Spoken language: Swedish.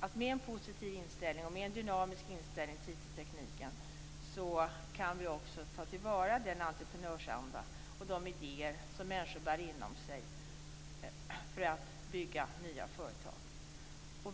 att vi med en positiv och dynamisk inställning till IT kan ta till vara den entreprenörsanda och de idéer som människor bär inom sig för att bygga nya företag.